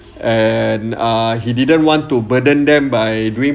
and uh he didn't want to burden them by doing